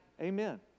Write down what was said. Amen